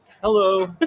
Hello